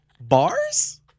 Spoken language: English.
Bars